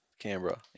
Canberra